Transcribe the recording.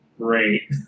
Great